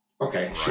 Okay